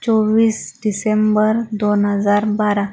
चोवीस डिसेंबर दोन हजार बारा